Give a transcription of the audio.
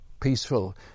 peaceful